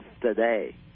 today